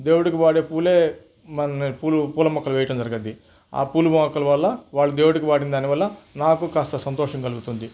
దేవుడికి వాడే పూలే మన పూలు పూల మొక్కలు వేయటం జరుగద్ది ఆ పూల మొక్కల వల్ల వాళ్ళు దేవుడికి వాడిన దానివల్ల నాకు కాస్త సంతోషం కలుగుతుంది